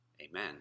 Amen